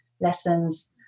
lessons